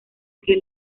que